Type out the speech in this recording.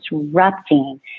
disrupting